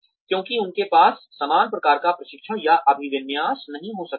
क्योंकि उनके पास समान प्रकार का प्रशिक्षण या अभिविन्यास नहीं हो सकता है